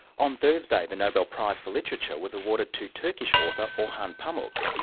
on thursday the nobel prize for literature was awarded to turkish author orhan pamuk.